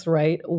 right